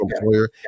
employer